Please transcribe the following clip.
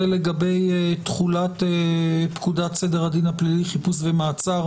לגבי תחולת פקודת סדר הדין הפלילי (חיפוש ומעצר)